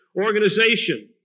organization